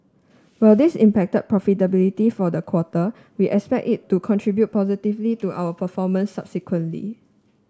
while this impacted profitability for the quarter we expect it to contribute positively to our performance subsequently